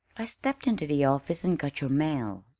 i stepped into the office and got your mail,